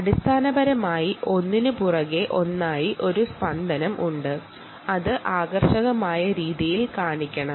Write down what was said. അടിസ്ഥാനപരമായി ഒന്നിനു പുറകെ ഒന്നായി ഒരു ബീറ്റ് ഉണ്ട് അത് യൂണിഫോം ആയി കാണിക്കണം